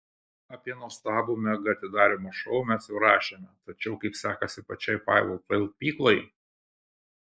apie nuostabų mega atidarymo šou mes jau rašėme tačiau kaip sekasi pačiai failų talpyklai